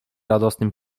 radosnym